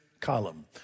column